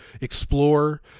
explore